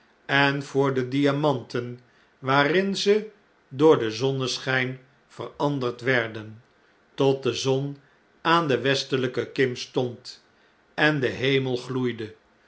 en voor de diamanten waarin ze door den zonneschjjn veranderd werden tot de zon aan de westelflke kim stond en de hemel gloeide